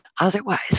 otherwise